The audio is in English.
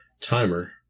timer